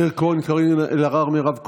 מאיר כהן, קארין אלהרר, מירב כהן,